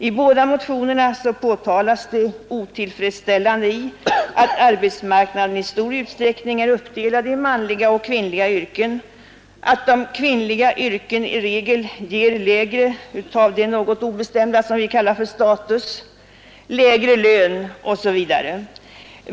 I båda motionerna påtalas det otillfredsställande i att arbetsmarknaden i stor utsträckning är uppdelad i manliga och kvinnliga yrken och att de kvinnliga yrkena i regel ger mindre av det något obestämda som vi kallar för status, lägre lön osv.